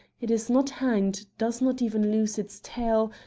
it is not hanged, does not even lose its tail,